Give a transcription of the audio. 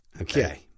Okay